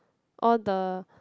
all the